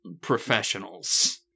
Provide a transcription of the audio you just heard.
professionals